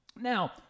Now